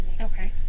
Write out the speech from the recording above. Okay